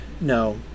no